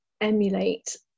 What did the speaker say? emulate